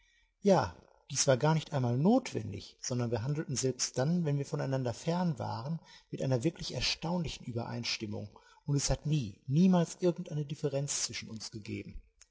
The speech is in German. ja dies war gar nicht einmal notwendig sondern wir handelten selbst dann wenn wir voneinander fern waren mit einer wirklich erstaunlichen uebereinstimmung und es hat nie niemals irgend eine differenz zwischen uns gegeben